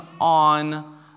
on